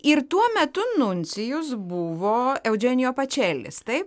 ir tuo metu nuncijus buvo eudženijo pačelis taip